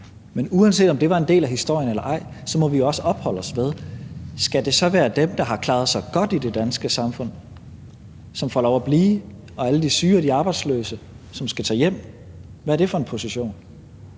Men uanset om det var en del af historien eller ej, må vi også opholde os ved spørgsmålet: Skal det så være dem, der har klaret sig godt i det danske samfund, som får lov at blive, og alle de syge og de arbejdsløse, som skal tage hjem? Hvad er det for en position?